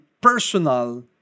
personal